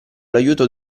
l’aiuto